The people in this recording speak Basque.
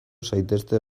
zaitezte